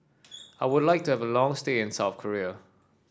I would like to have a long stay in South Korea